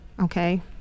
okay